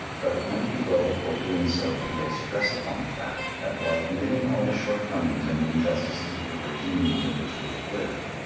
but it might be well before doing so to lay stress upon the fact that while admitting all the shortcomings and the injustices of the regime under which we have lived,